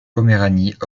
poméranie